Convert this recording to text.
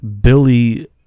Billy